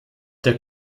der